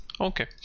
Okay